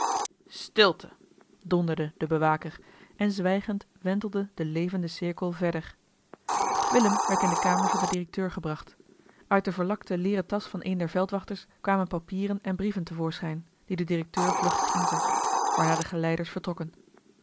stilte donderde de bewaker en zwijgend wentelde de levende cirkel verder willem werd in de kamer van den directeur gebracht uit de verlakt leeren tasch van een der veldwachters kwamen papieren en brieven te voorschijn die de directeur vluchtig inzag waarna de geleiders vertrokken